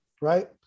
right